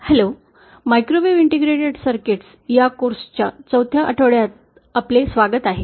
नमस्कार microwave integrated सर्किट्सच्या या कोर्सच्या 4 आठवड्यात आपले स्वागत आहे